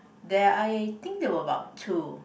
there I think there were about two